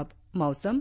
और अब मौसम